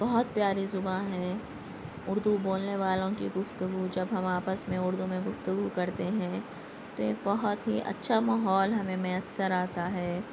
بہت پیاری زباں ہے اردو بولنے والوں کی گفتگو جب ہم آپس میں اردو میں گفتگو کرتے ہیں تو بہت ہی اچھا ماحول ہمیں میسر آتا ہے